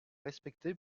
respecter